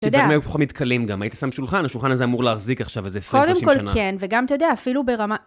אתה יודע. כשבאמת היו ככה פחות מכלים גם, הייתי שם שולחן, השולחן הזה אמור להחזיק עכשיו איזה 20-30 שנה. קודם כל כן, וגם אתה יודע, אפילו ברמה...